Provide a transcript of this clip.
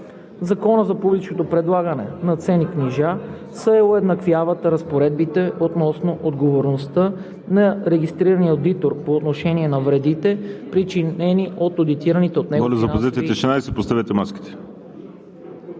Закона за публичното предлагане на ценни книжа се уеднаквяват разпоредбите относно отговорността на регистрирания одитор по отношение на вредите (шум и реплики), причинени от одитираните от него финансови